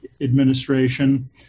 administration